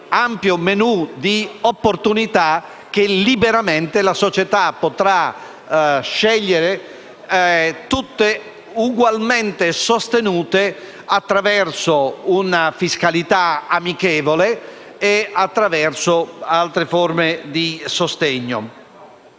ampio menù di opportunità che liberamente la società potrà scegliere, tutte ugualmente sostenute attraverso una fiscalità amichevole e altre forme di sostengo.